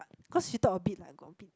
but cause you talk a bit like got a bit